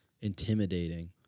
intimidating